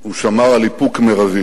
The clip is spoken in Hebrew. הוא שמר על איפוק מרבי.